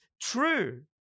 true